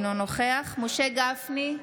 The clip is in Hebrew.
אינו נוכח משה גפני,